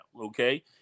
Okay